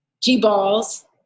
G-Ball's